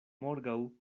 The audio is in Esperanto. morgaŭ